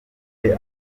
ifite